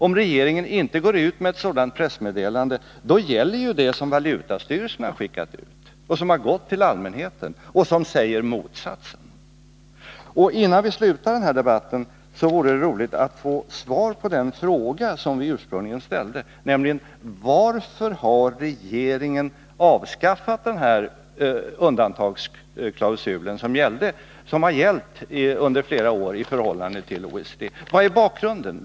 Om regeringen inte går ut med ett sådant pressmeddelande, gäller ju det som valutastyrelsen har skickat ut. Det har gått ut till allmänheten och säger motsatsen. Innan vi avslutar den här debatten vore det roligt att få svar på den fråga som vi ursprungligen ställde, nämligen: Varför har regeringen avskaffat den här undantagsklausulen som har gällt under flera år i fråga om OECD? Vad är bakgrunden?